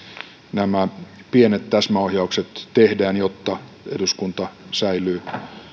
nämä pienet täsmäohjaukset tehdään jotta eduskunta säilyy